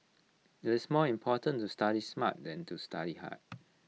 IT is more important to study smart than to study hard